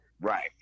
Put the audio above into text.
Right